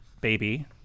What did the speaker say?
baby